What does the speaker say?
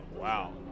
Wow